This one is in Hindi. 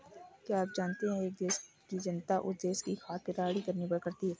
क्या आप जानते है एक देश की जनता उस देश की खाद्य प्रणाली पर निर्भर करती है?